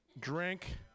Drink